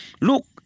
look